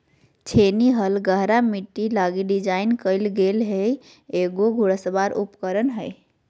छेनी हल गहरा मिट्टी लगी डिज़ाइन कइल गेल एगो घुड़सवार उपकरण हइ